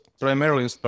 primarily